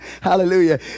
Hallelujah